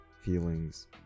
feelings